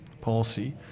policy